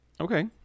Okay